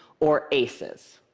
or aces.